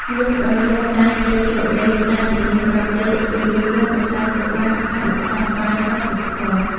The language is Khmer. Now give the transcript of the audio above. លុះដល់យប់តាយាយចូលដេក តានិយាយប្រាប់យាយពីរឿងកូនប្រសាធ្វើបាបហើយបង្អត់បាយគាត់ទៀតផង។